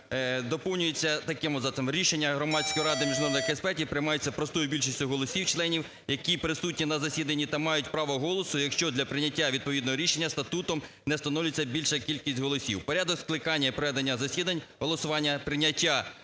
доповнюється таким абзацом: "Рішення Громадської ради міжнародних експертів приймається простою більшістю голосів членів, які присутні на засіданні, та мають право голосу, якщо для прийняття відповідного рішення статутом не встановлюється більша кількість голосів. Порядок скликання і проведення засідань голосування, прийняття